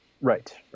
right